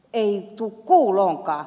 ei tule kuuloonkaan